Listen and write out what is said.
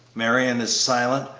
marion is silent,